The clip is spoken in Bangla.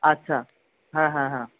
আচ্ছা হ্যাঁ হ্যাঁ হ্যাঁ